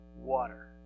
Water